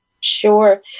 sure